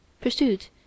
pursued